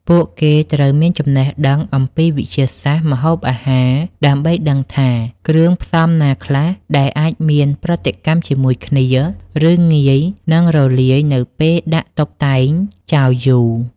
ពួកគេត្រូវមានចំណេះដឹងអំពីវិទ្យាសាស្ត្រម្ហូបអាហារ ដើម្បីដឹងថាគ្រឿងផ្សំណាខ្លះដែលអាចមានប្រតិកម្មជាមួយគ្នា ឬងាយនឹងរលាយនៅពេលដាក់តុបតែងចោលយូរ។